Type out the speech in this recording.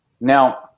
Now